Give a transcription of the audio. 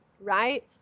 right